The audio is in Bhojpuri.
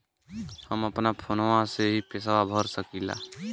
हम अपना फोनवा से ही पेसवा भर सकी ला?